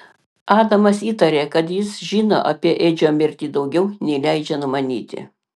adamas įtarė kad jis žino apie edžio mirtį daugiau nei leidžia numanyti